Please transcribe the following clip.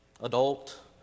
adult